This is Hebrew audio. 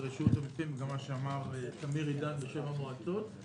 זה גם מה שאמר תמיר עידאן בשם המועצות.